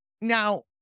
Now